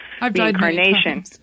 reincarnation